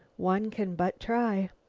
one can but try.